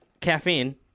Caffeine